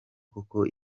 koko